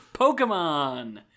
Pokemon